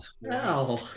wow